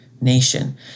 nation